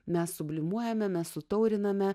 mes sublimuojame sutauriname